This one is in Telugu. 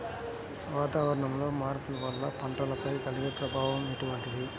వాతావరణంలో మార్పుల వల్ల పంటలపై కలిగే ప్రభావం ఎటువంటిది?